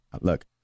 look